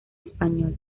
español